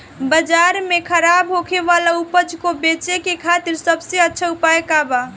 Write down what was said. बाजार में खराब होखे वाला उपज को बेचे के खातिर सबसे अच्छा उपाय का बा?